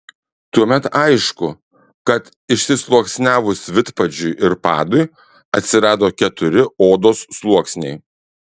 tuomet aišku kad išsisluoksniavus vidpadžiui ir padui atsirado keturi odos sluoksniai